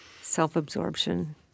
Self-absorption